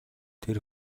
тэр